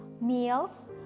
meals